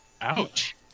Ouch